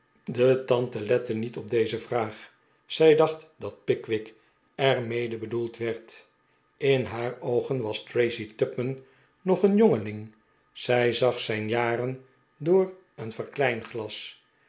de tante lette niet op deze vraag zij dacht dat pickwick er mede bedoeld werd in haar oogen was tracy tupman nog een jongeling zij zag zijn jaren door een